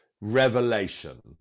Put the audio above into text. revelation